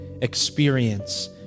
experience